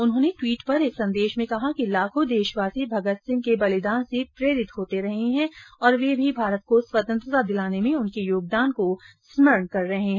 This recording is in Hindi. उन्होंने ट्वीट पर एक संदेश में कहा कि लाखों देशवासी भगत सिंह बलिदान से प्रेरित होते रहे है और वे भी भारत को स्वतंत्रता दिलाने में उनके योगदान को स्मरण कर रहे है